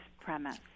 premise